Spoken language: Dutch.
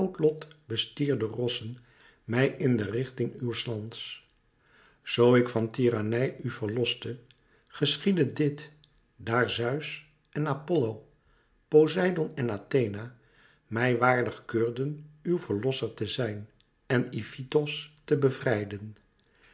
uw noodlotbestierderessen mij in de richting uws lands zoo ik van tyrannij u verloste geschiedde dit daar zeus en apollo poseidoon en athena mij waardig keurden uw verlosser te zijn en ifitos te bevrijden